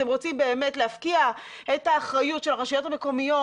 אתם רוצים באמת להפקיע את האחריות של הרשויות המקומיות